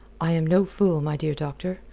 i am no fool, my dear doctor.